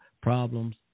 Problems